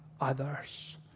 others